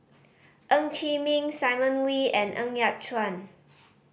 Ng Chee Meng Simon Wee and Ng Yat Chuan